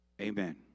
Amen